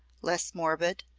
less morbid,